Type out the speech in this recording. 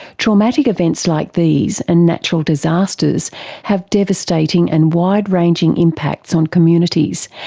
traumatic events like these and natural disasters have devastating and wide-ranging impacts on communities,